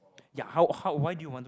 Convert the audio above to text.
ya how how why do you want